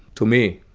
to me.